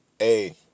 A-